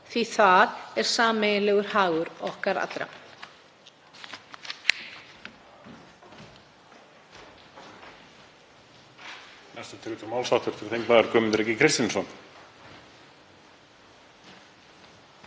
því að það er sameiginlegur hagur okkar allra.